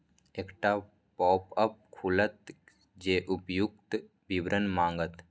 एकटा पॉपअप खुलत जे उपर्युक्त विवरण मांगत